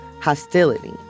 hostility